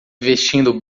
vestindo